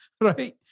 right